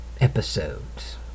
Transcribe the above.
episodes